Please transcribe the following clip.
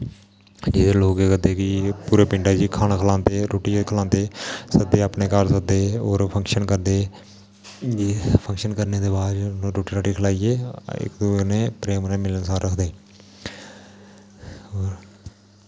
एह्दे च लोक केह् करदे कि पुरे पिंडे गी जी खाना खलांदे रुटियां खलांदे सद्धे अपने घर सद्धे होर फक्शंन करदे फक्शंन करने दे बाद रुट्टी राटी खलाइयै इक दुऐ कन्नै प्रेम कन्नै मिलनसार रक्खदे होर